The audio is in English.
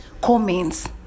comments